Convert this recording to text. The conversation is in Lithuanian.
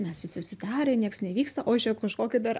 mes visi užsidarę nieks nevyksta o kažkokį dar